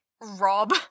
rob